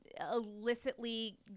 illicitly